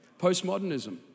Postmodernism